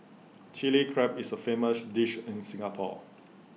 Chilli Crab is A famous dish in Singapore